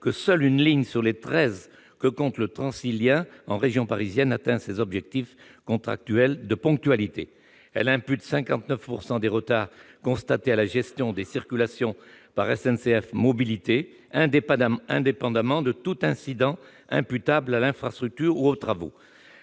que seule une ligne sur les treize que compte le Transilien en région parisienne remplit ses objectifs contractuels de ponctualité. Elle impute 59 % des retards constatés à la gestion des circulations par SNCF Mobilités, indépendamment de tout incident imputable à l'infrastructure ou aux travaux